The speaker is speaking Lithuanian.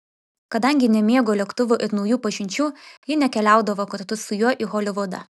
kadangi nemėgo lėktuvų ir naujų pažinčių ji nekeliaudavo kartu su juo į holivudą